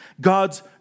God's